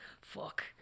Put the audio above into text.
fuck